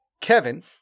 Kevin